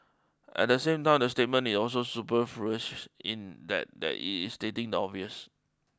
at the same time the statement is also superfluous in that that it is stating the obvious